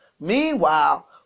Meanwhile